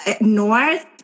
north